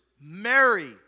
Mary